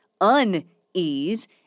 unease